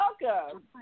Welcome